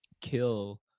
kill